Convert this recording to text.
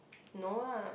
no lah